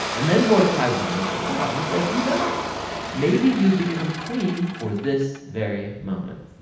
and then mordecai wonders aloud, he says who knows maybe you become queen for this very moment.